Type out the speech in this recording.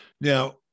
Now